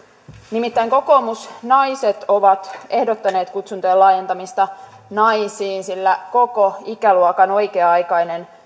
nimittäin kokoomusnaiset on ehdottanut kutsuntojen laajentamista naisiin sillä koko ikäluokan oikea aikainen